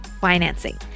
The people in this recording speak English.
financing